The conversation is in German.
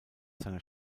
seiner